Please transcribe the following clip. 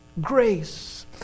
grace